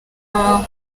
aho